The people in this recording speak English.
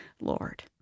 Lord